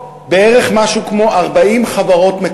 בערך 40 חברות,